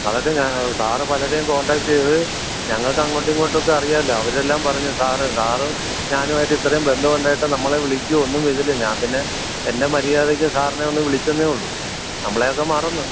അതൊക്കെ ഞാൻ സാറ് പലരേം കോൺടാക്റ്റെ ചെയ്ത് ഞങ്ങൾക്ക് അങ്ങോട്ടും ഇങ്ങോട്ടൊക്കെ അറിയാമല്ലോ അവരെല്ലാം പറഞ്ഞു സാറ് സാറ് ഞാനുമായിട്ട് ഇത്രേം ബന്ധം ഉണ്ടായിട്ട് നമ്മളെ വിളിക്കോ ഒന്നും ചെയ്തില്ല ഞാൻ പിന്നെ എൻ്റെ മര്യാദയ്ക്ക് സാറിനെ ഒന്ന് വിളിച്ചെന്നേ ഉള്ളൂ നമ്മളെയൊക്കെ മറന്ന്